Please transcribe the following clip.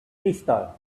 crystal